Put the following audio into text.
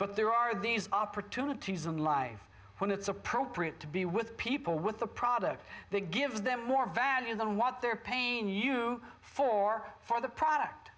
but there are these opportunities in life when it's appropriate to be with people with a product that gives them more value than what their pain you for for the product